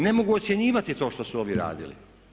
Ne mogu ocjenjivati to što su ovi radili.